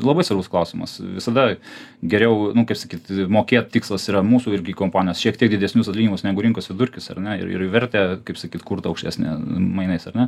labai svarbus klausimas visada geriau nu kaip sakyt mokėt tikslas yra mūsų irgi kompanijos šiek tiek didesnius dalykus negu rinkos vidurkis ar ne ir ir ir vertę kaip sakyt kurt aukštesnę mainais ar ne